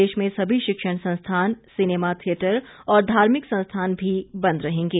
प्रदेश में सभी शिक्षण संस्थान सिनेमा थियेटर और धार्मिक संस्थान भी बंद रहेंगे